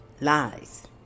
lies